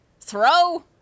throw